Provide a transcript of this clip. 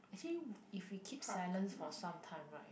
actually if we keep silence for some time right